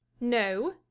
No